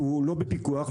שהוא לא בפיקוח,